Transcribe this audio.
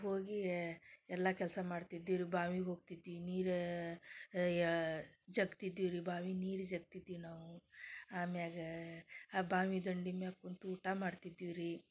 ಹೋಗಿ ಎಲ್ಲ ಕೆಲಸ ಮಾಡ್ತಿದ್ದಿವಿ ರಿ ಬಾವಿಗೆ ಹೋಗ್ತಿದ್ವಿ ನೀರು ಜಗ್ತಿದ್ವಿ ರೀ ಬಾವಿ ನೀರು ಜಗ್ತಿದ್ವಿ ನಾವು ಅಮ್ಯಾಲ ಆ ಬಾವಿ ದಂಡೆ ಮ್ಯಾಲ್ ಕುಂತು ಊಟ ಮಾಡ್ತಿದ್ವಿ ರೀ